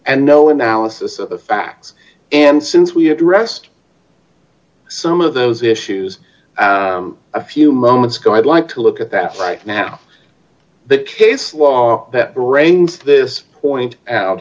and no analysis of the facts and since we have to arrest some of those issues a few moments ago i'd like to look at that right now that case law that brains this point out